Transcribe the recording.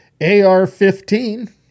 AR-15